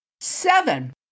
Seven